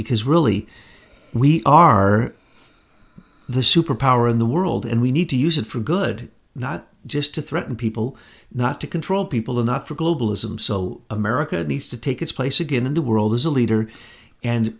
because really we are the superpower in the world and we need to use it for good not just to threaten people not to control people enough for globalism so america needs to take its place again in the world as a leader and